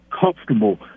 comfortable